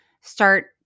start